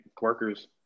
workers